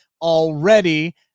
already